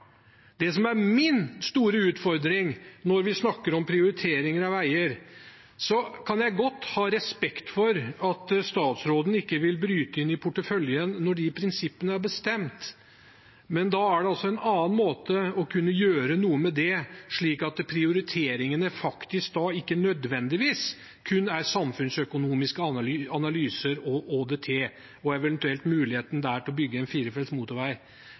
utfordring når vi snakker om prioritering av veier. Jeg kan godt ha respekt for at statsråden ikke vil bryte inn i porteføljen når prinsippene er bestemt, men det er en annen måte å gjøre noe med det, slik at prioriteringene ikke nødvendigvis kun gjøres ut fra samfunnsøkonomiske analyser og ÅDT – eventuelt muligheten til å bygge en firefelts motorvei.